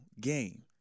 game